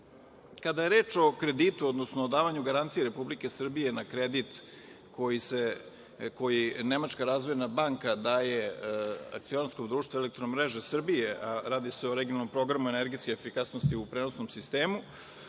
je reč o kreditu, odnosno o davanju garancije Republike Srbije na kredit koji Nemačka razvojna banka daje akcionarskom društvu „Elektromreža Srbije“, a radi se o regionalnom programu energetske efikasnosti u prenosnom sistemu,